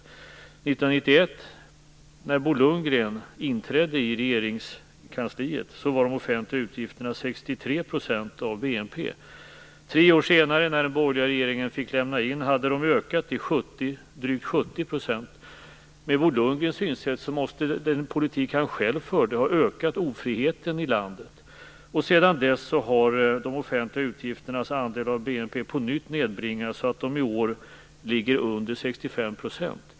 År 1991, när Bo Lundgren inträdde i Regeringskansliet, var de offentliga utgifterna 63 % av BNP. Tre år senare, när den borgerliga regeringen fick lämna in, hade de ökat till drygt 70 %. Med Bo Lundgrens synsätt måste den politik han själv förde ha ökat ofriheten i landet. Sedan dess har de offentliga utgifternas andel av BNP på nytt nedbringats så att de i år ligger under 65 %.